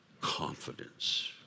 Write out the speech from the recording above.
confidence